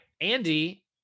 andy